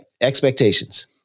expectations